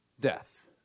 death